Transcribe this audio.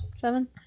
Seven